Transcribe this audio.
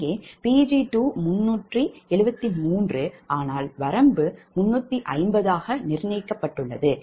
இங்கே Pg2373 ஆனால் வரம்பு 350 ஆக நிர்ணயிக்கப்பட்டுள்ளது